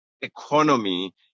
economy